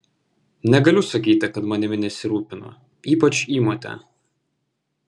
negaliu sakyti kad manimi nesirūpino ypač įmotė